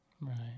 right